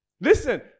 Listen